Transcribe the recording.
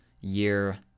year